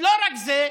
לא רק זה,